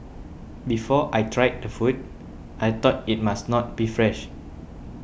before I tried the food I thought it must not be fresh